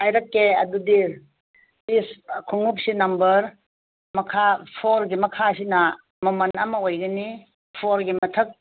ꯍꯥꯏꯔꯛꯀꯦ ꯑꯗꯨꯗꯤ ꯄꯤꯁ ꯈꯣꯡꯎꯞꯁꯦ ꯅꯝꯕꯔ ꯃꯈꯥ ꯐꯣꯔꯒꯤ ꯃꯈꯥꯁꯤꯅ ꯃꯃꯟ ꯑꯃ ꯑꯣꯏꯒꯅꯤ ꯐꯣꯔꯒꯤ ꯃꯊꯛ